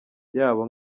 yabo